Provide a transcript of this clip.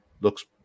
looks